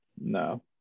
No